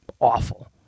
awful